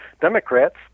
democrats